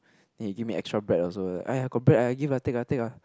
then he give me extra bread also aiyah got bread ah I give lah take lah take lah